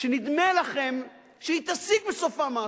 שנדמה לכם שהיא תשיג בסופה משהו.